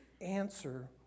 answer